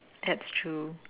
that's true